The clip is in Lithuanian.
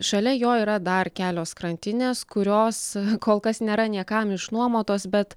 šalia jo yra dar kelios krantinės kurios kol kas nėra niekam išnuomotos bet